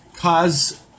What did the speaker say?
cause